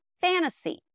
fantasy